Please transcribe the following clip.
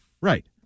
Right